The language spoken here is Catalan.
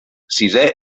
sisé